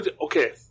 Okay